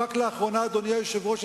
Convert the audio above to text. אדוני היושב-ראש,